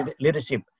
Leadership